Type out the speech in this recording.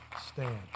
stand